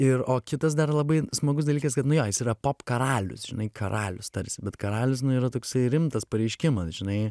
ir o kitas dar labai smagus dalykas kad nu jo jis yra pop karalius karalius tarsi bet karalius yra toksai rimtas pareiškimas žinai